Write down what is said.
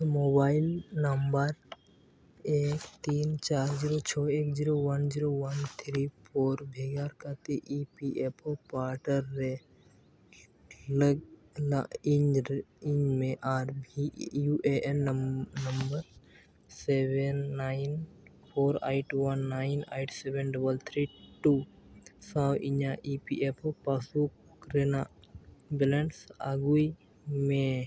mobile number ᱮᱠ ᱛᱤᱱ ᱪᱟᱨ ᱡᱤᱨᱳ ᱪᱷᱚᱭ ᱮᱠ zero one zero one three four ᱵᱮᱵᱷᱟᱨ ᱠᱟᱛᱮᱫ E P F O portal ᱨᱮ ᱞᱚᱜᱤᱱ ᱢᱮ ᱟᱨ U A N number seven nine four eight one nine eight seven double three two ᱥᱟᱶ ᱤᱧᱟᱹᱜ E P F O passbook ᱨᱮᱱᱟᱜ balance ᱟᱜᱩᱭ ᱢᱮ